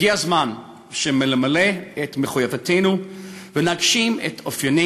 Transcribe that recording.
הגיע הזמן שנמלא את מחויבותנו ונגשים את אופיינו